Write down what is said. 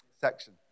section